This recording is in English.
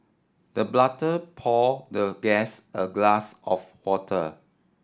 the pour the guest a glass of water